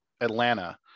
Atlanta